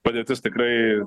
padėtis tikrai